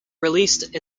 released